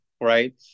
right